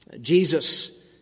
Jesus